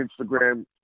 Instagram